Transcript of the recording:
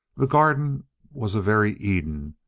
the garden was a very eden,